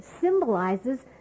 symbolizes